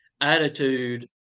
attitude